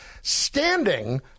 standing